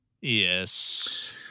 Yes